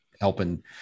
helping